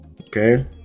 okay